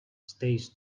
stays